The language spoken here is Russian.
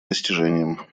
достижением